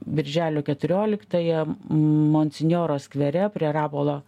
birželio keturioliktąją monsinjoro skvere prie rapolo